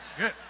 good